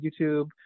YouTube